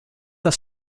das